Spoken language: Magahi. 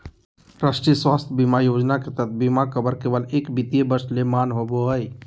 राष्ट्रीय स्वास्थ्य बीमा योजना के तहत बीमा कवर केवल एक वित्तीय वर्ष ले मान्य होबो हय